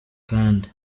kandi